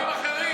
ודברים אחרים.